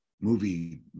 movie